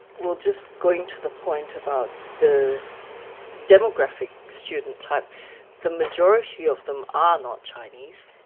well, just going to the point about the demographic student type the majority of them are not chinese.